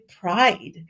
pride